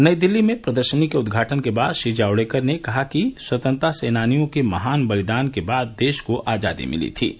नई दिल्ली में परदरसनी के उद्घाटन के बाद श्री जावड़ेकर कहलें कि स्वतंत्रता सेनानियन के महान बलिदान के बादे देस के आजादी मिलल रहल